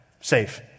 safe